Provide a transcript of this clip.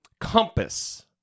compass